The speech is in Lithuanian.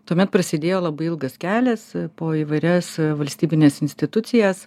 tuomet prasidėjo labai ilgas kelias po įvairias valstybines institucijas